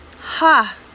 Ha